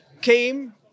came